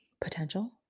potential